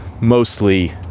mostly